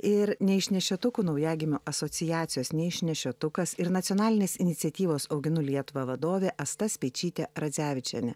ir neišnešiotų naujagimių asociacijos neišnešiotukas ir nacionalinės iniciatyvos auginu lietuvą vadovė asta speičytė radzevičienė